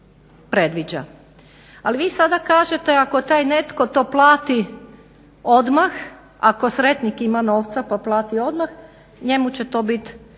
Ali vi sada kažete ako taj netko to plati odmah, ako sretnik ima novca pa plati odmah, njemu će to biti